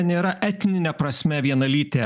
nėra etnine prasme vienalytė